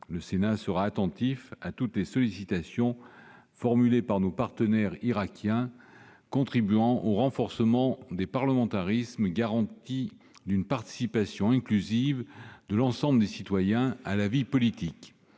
Le Sénat sera attentif à toutes les sollicitations formulées par nos partenaires irakiens contribuant au renforcement des parlementarismes, garantie d'une participation inclusive de l'ensemble des citoyens à la vie politique.